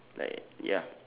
like ya